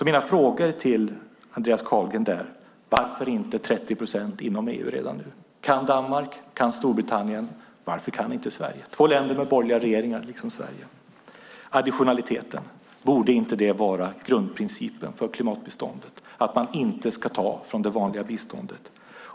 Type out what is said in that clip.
Mina frågor till Andreas Carlgren är: Varför inte 30 procent inom EU redan nu? Om Danmark och Storbritannien kan, varför inte Sverige? Det är två länder med borgerliga regeringar, liksom Sverige. Borde inte additionaliteten vara grundprincipen för klimatbiståndet, att man inte ska ta från det vanliga biståndet?